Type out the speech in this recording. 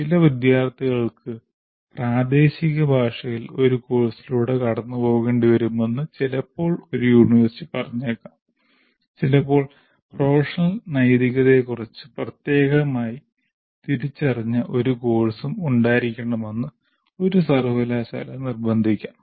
ചില വിദ്യാർത്ഥികൾക്ക് പ്രാദേശിക ഭാഷയിൽ ഒരു കോഴ്സിലൂടെ കടന്നുപോകേണ്ടിവരുമെന്ന് ചിലപ്പോൾ ഒരു യൂണിവേഴ്സിറ്റി പറഞ്ഞേക്കാം ചിലപ്പോൾ പ്രൊഫഷണൽ നൈതികതയെക്കുറിച്ച് പ്രത്യേകമായി തിരിച്ചറിഞ്ഞ ഒരു കോഴ്സും ഉണ്ടായിരിക്കണമെന്ന് ഒരു സർവകലാശാല നിർബന്ധിക്കാം